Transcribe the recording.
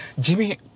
Jimmy